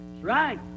right